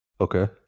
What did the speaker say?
Okay